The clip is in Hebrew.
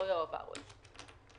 לא יועבר עוד.